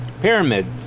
pyramids